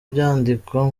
byandikwa